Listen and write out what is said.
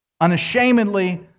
Unashamedly